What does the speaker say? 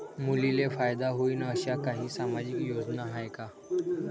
मुलींले फायदा होईन अशा काही सामाजिक योजना हाय का?